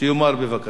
יאמר בבקשה.